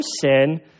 sin